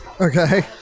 Okay